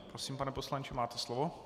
Prosím, pane poslanče, máte slovo.